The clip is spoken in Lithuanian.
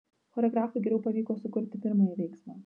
choreografui geriau pavyko sukurti pirmąjį veiksmą